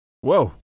Whoa